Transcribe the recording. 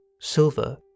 silver